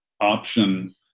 option